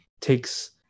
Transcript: takes